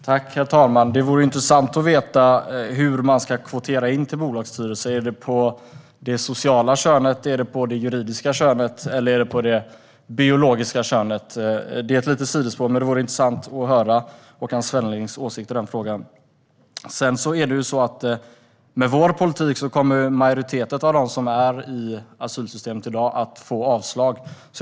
Herr talman! Det vore intressant att få veta hur man ska kvotera in till bolagsstyrelser. Är det på basis av det sociala könet, det juridiska könet eller det biologiska könet? Det är ett litet sidospår, men det vore intressant att höra Håkan Svennelings åsikt i den frågan. Med vår politik kommer en majoritet av dem som är i asylsystemet i dag att få avslag.